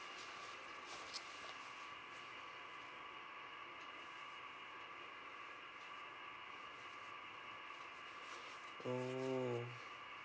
oh